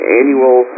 annual